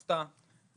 הפתעה,